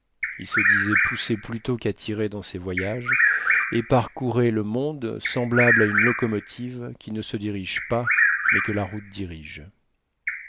il se disait poussé plutôt qu'attiré dans ses voyages et parcourait le monde semblable à une locomotive qui ne se dirige pas mais que la route dirige